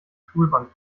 schulbank